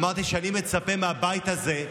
אמרתי שאני מצפה מהבית הזה,